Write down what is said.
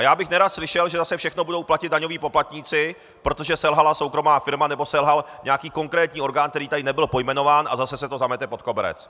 Já bych nerad slyšel, že zase všechno budou platit daňoví poplatníci, protože selhala soukromá firma nebo selhal nějaký konkrétní orgán, který tady nebyl pojmenován, a zase se to zamete pod koberec.